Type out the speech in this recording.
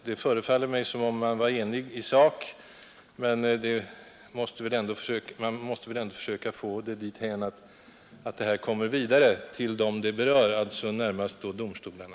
Det förefaller mig som om vi alla här var eniga i sak, men man måste väl då försöka se till att vad som här förekommit kommer vidare till dem det berör, alltså närmast domstolarna.